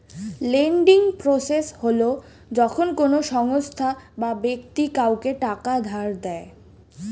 lending process হল যখন কোনো সংস্থা বা ব্যক্তি কাউকে টাকা ধার দেয়